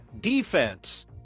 defense